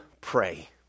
pray